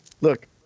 Look